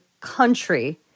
country